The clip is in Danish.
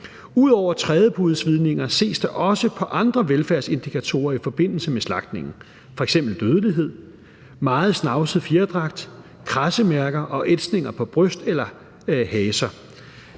Ud over trædepudesvidninger ses der også på andre velfærdsindikatorer i forbindelse med slagtningen, f.eks. dødelighed, meget snavset fjerdragt, kradsemærker og ætsninger på bryst eller haser.